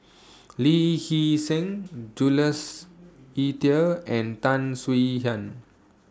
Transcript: Lee Hee Seng Jules Itier and Tan Swie Hian